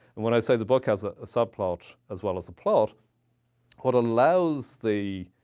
and when i say the book has ah a subplot as well as a plot what allows the